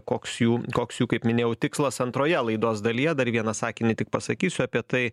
koks jų koks jų kaip minėjau tikslas antroje laidos dalyje dar vieną sakinį tik pasakysiu apie tai